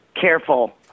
careful